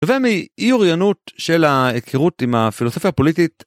ומאי אוריינות של ההכירות עם הפילוסופיה הפוליטית.